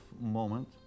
moment